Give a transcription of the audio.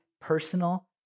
personal